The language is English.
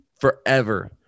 Forever